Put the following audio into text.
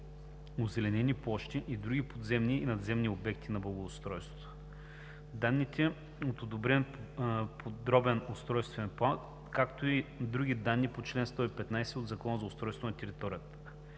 озеленени площи и други подземни и надземни обекти на благоустройството, данните от одобрен подробен устройствен план, както и други данни по чл. 115 от Закона за устройство на територията.